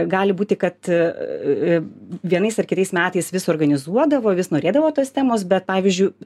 gali būti kad vienais ar kitais metais vis organizuodavo vis norėdavo tos temos bet pavyzdžiui